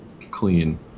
clean